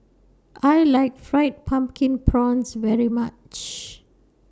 I like Fried Pumpkin Prawns very much